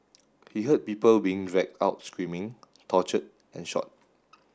he heard people being dragged out screaming tortured and shot